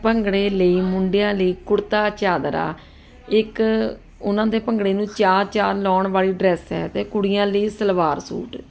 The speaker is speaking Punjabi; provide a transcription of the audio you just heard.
ਭੰਗੜੇ ਲਈ ਮੁੰਡਿਆਂ ਲਈ ਕੁੜਤਾ ਚਾਦਰਾ ਇੱਕ ਉਹਨਾਂ ਦੇ ਭੰਗੜੇ ਨੂੰ ਚਾਰ ਚਾਂਦ ਲਾਉਣ ਵਾਲੀ ਡਰੈਸ ਹੈ ਅਤੇ ਕੁੜੀਆਂ ਲਈ ਸਲਵਾਰ ਸੂਟ